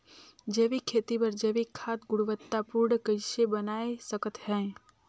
जैविक खेती बर जैविक खाद गुणवत्ता पूर्ण कइसे बनाय सकत हैं?